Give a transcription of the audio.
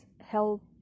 help